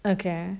okay